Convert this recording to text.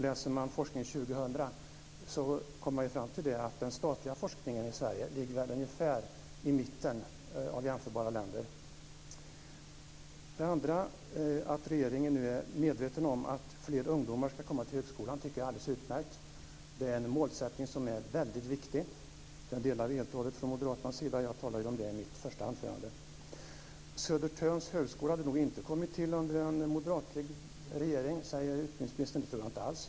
Läser man Forskning 2000 kommer man fram till att den statliga forskningen i Sverige ligger ungefär i mitten av jämförbara länder. Att regeringen nu är medveten om att fler ungdomar ska komma till högskolan tycker jag är alldeles utmärkt. Det är en målsättning som är mycket viktig, och den delar vi från moderaternas sida helt och hållet. Jag talade ju om det i mitt anförande. Södertörns högskola hade nog inte kommit till under en moderatledd regering, säger utbildningsministern. Det tror jag inte alls.